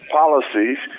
policies